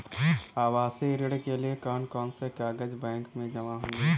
आवासीय ऋण के लिए कौन कौन से कागज बैंक में जमा होंगे?